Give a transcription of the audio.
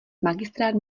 magistrát